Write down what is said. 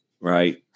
right